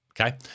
Okay